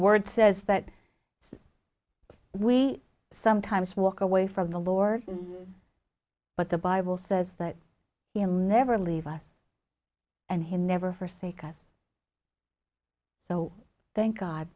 word says that we sometimes walk away from the lord but the bible says that you never leave us and him never forsake us so thank god